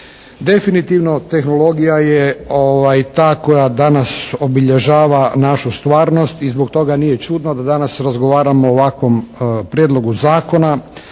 Definitivno tehnologija je ta koja danas obilježava našu stvarnost i zbog toga nije čudno da danas razgovaramo o ovakvom prijedlogu zakona,